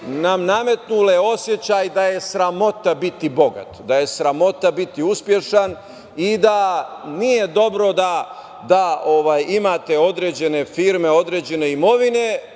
nametnule osećaj da je sramota biti bogat, da je sramota biti uspešan i da nije dobro da imate određene firme, određene imovine,